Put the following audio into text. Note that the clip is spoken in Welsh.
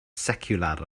seciwlar